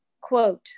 quote